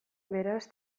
beraz